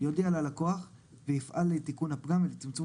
יודיע ללקוח ויפעל לתיקון הפגם ולצמצום